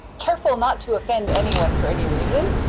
careful not to offend anyone for any reason.